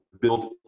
build